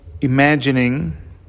imagining